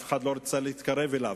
אף אחד לא רצה להתקרב אליו,